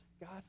God